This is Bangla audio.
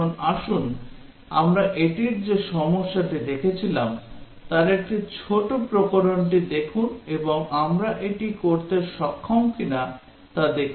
এখন আসুন আমরা এটির যে সমস্যাটি দেখেছিলাম তার একটি ছোট প্রকরণটি দেখুন এবং আমরা এটি করতে সক্ষম কিনা তা দেখুন